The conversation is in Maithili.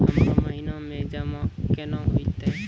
हमरा महिना मे जमा केना हेतै?